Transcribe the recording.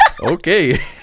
okay